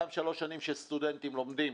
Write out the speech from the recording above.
אותן שלוש שנים שסטודנטים לומדים